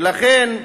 ולכן,